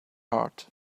heart